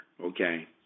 okay